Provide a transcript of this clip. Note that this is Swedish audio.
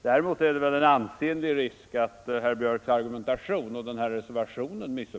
Däremot finns det väl en ansenlig